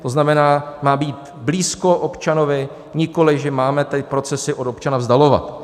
To znamená, má být blízko občanovi, nikoliv že máme ty procesy od občana vzdalovat.